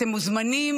אתם מוזמנים